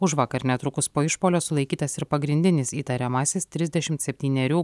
užvakar netrukus po išpuolio sulaikytas ir pagrindinis įtariamasis trisdešimt septynerių